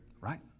Right